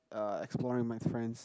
err exploring my friends